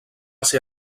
ser